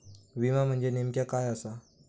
विमा म्हणजे नेमक्या काय आसा?